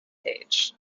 page